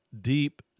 deep